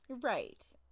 Right